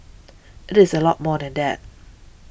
it is a lot more than that